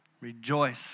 Rejoice